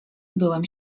byłem